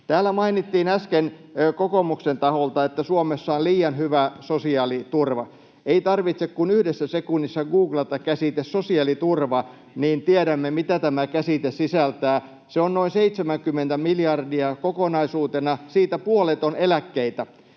Täällä mainittiin äsken kokoomuksen taholta, että Suomessa on liian hyvä sosiaaliturva. Ei tarvitse kuin yhdessä sekunnissa googlata käsite sosiaaliturva, niin tiedämme, mitä tämä käsite sisältää. Se on noin 70 miljardia kokonaisuutena. Siitä puolet on eläkkeitä.